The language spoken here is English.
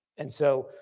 and so,